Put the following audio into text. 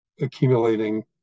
accumulating